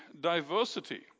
diversity